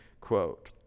quote